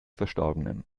verstorbenen